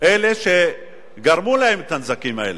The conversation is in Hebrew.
אלה שגרמו להם את הנזקים האלה.